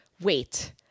Wait